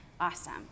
Awesome